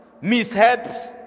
mishaps